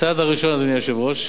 הצעד הראשון, אדוני היושב-ראש,